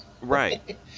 right